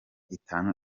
itanu